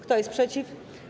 Kto jest przeciw?